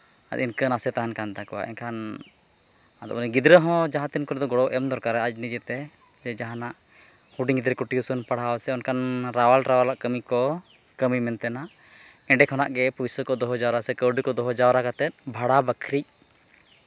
ᱟᱨ ᱤᱱᱠᱟᱹ ᱱᱟᱥᱮ ᱛᱟᱦᱮᱱ ᱠᱟᱱ ᱛᱟᱠᱚᱣᱟ ᱮᱱᱠᱷᱟᱱ ᱟᱫᱚ ᱩᱱᱤ ᱜᱤᱫᱽᱨᱟᱹ ᱦᱚᱸ ᱡᱟᱦᱟᱸ ᱛᱤᱱ ᱠᱚᱨᱮ ᱫᱚ ᱜᱚᱲᱚ ᱮᱢ ᱫᱚᱨᱠᱟᱨᱟ ᱟᱡ ᱱᱤᱡᱮᱛᱮ ᱡᱟᱦᱟᱱᱟᱜ ᱦᱩᱰᱤᱧ ᱨᱮᱠᱚ ᱴᱤᱭᱩᱥᱚᱱ ᱯᱟᱲᱦᱟᱣ ᱥᱮ ᱚᱱᱠᱟᱱ ᱨᱟᱣᱟᱞ ᱨᱟᱣᱟᱞ ᱟᱜ ᱠᱟᱹᱢᱤ ᱠᱚ ᱠᱟᱹᱢᱤ ᱢᱮᱱᱛᱮ ᱦᱟᱸᱜ ᱮᱸᱰᱮ ᱠᱷᱚᱱᱟᱜ ᱜᱮ ᱯᱩᱭᱥᱟᱹ ᱠᱚ ᱫᱚᱦᱚ ᱡᱟᱣᱨᱟ ᱥᱮ ᱠᱟᱹᱣᱰᱤ ᱠᱚ ᱫᱚᱦᱚ ᱡᱟᱣᱨᱟ ᱠᱟᱛᱮ ᱵᱷᱟᱲᱟ ᱵᱟᱹᱠᱷᱨᱤᱡ